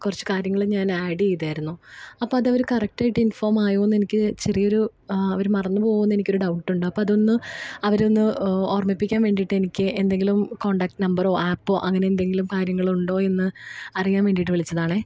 കുറച്ച് കാര്യങ്ങൾ ഞാൻ ഏഡ്ഡ് ചെയ്തിരുന്നു അപ്പം അതവർ കറക്റ്റായിട്ട് ഇൻഫോമായോ എന്നെനിക്ക് ചെറിയൊരു അവർ മറന്നു പോവുകയാണെന്ന് എനിക്കൊരു ഡൗട്ടുണ്ട് അപ്പോൾ അതൊന്ന് അവരെ ഒന്ന് ഓർമ്മിപ്പിക്കാൻ വേണ്ടിയിട്ട് എനിക്ക് എന്തെങ്കിലും കോണ്ടാക്ട് നമ്പരോ ഏപ്പൊ അങ്ങനെയെന്തെങ്കിലും കാര്യങ്ങളുണ്ടോ എന്ന് അറിയാൻ വേണ്ടിയിട്ട് വിളിച്ചതാണ്